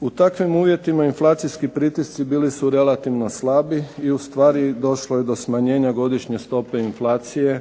U takvim uvjetima inflacijski pritisci bili su relativno slabi i ustvari došlo je do smanjenja godišnje stope inflacije